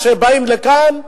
כשבאים לכאן,